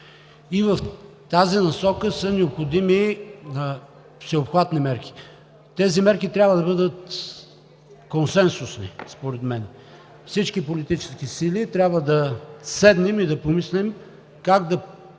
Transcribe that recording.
и в тази насока са необходими всеобхватни мерки. Тези мерки трябва да бъдат консенсусни според мен. Всички политически сили трябва да седнем и да помислим как да